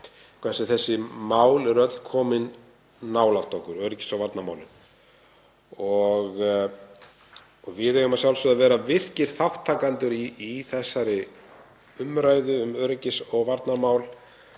hversu þessi mál eru öll komin nálægt okkur, öryggis- og varnarmálin. Við eigum að sjálfsögðu að vera virkir þátttakendur í umræðu um öryggis- og varnarmál